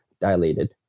dilated